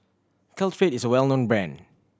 Caltrate is a well known brand